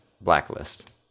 blacklist